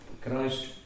Christ